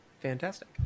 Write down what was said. Fantastic